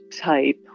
type